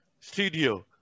studio